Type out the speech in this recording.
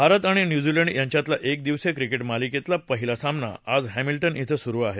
भारत आणि न्यूझीलंड यांच्यातल्या एक दिवसीय क्रिकेट मालिकेताला पहिला सामना आज हॉमिल्टन क्वे सुरु आहे